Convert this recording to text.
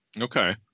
Okay